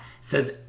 says